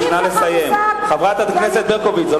חברת הכנסת ברקוביץ,